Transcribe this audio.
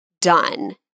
done